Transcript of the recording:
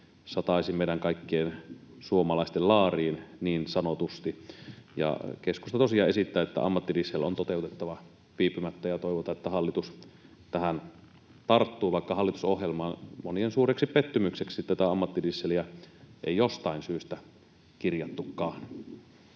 sataisi meidän kaikkien suomalaisten laariin niin sanotusti. Keskusta tosiaan esittää, että ammattidiesel on toteutettava viipymättä. Toivotaan, että hallitus tähän tarttuu, vaikka hallitusohjelmaan monien suureksi pettymykseksi tätä ammattidieseliä ei jostain syystä kirjattukaan.